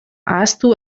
ahaztu